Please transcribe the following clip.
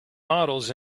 models